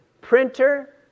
printer